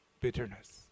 bitterness